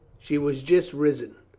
she was just risen.